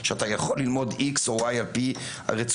שאתה יכול ללמוד X או Y על פי רצונך,